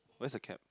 where's the cap